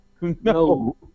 No